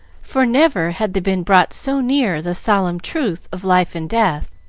for never had they been brought so near the solemn truth of life and death.